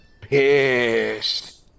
pissed